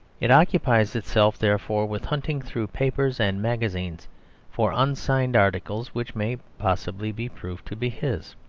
it occupies itself therefore with hunting through papers and magazines for unsigned articles which may possibly be proved to be his.